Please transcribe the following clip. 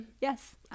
Yes